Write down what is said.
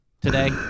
today